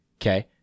Okay